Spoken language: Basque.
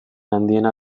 handiena